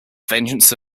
vengeance